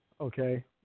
okay